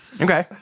Okay